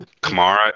Kamara